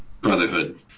Brotherhood